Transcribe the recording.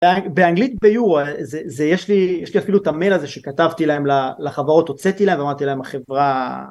באנגלית ביור יש לי את המייל הזה שכתבתי להם לחברות הוצאתי להם אמרתי להם החברה.